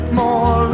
more